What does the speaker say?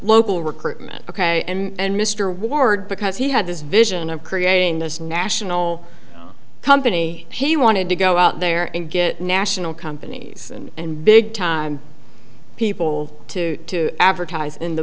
local recruitment ok and mr ward because he had this vision of creating this national company he wanted to go out there and get national companies and big time people to advertise in the